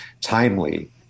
timely